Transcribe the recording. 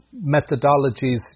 methodologies